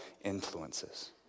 influences